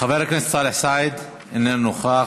חבר הכנסת סאלח סעד, איננו נוכח,